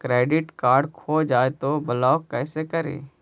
Credit card खो जाए तो ब्लॉक कैसे करी?